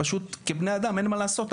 פשוט כבני אדם אין מה לעשות,